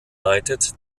united